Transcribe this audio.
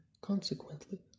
consequently